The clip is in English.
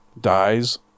dies